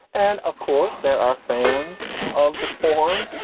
and of course, there are fans of the form,